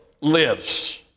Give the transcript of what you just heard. lives